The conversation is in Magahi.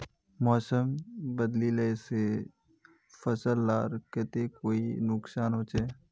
मौसम बदलिले से फसल लार केते कोई नुकसान होचए?